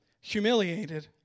Humiliated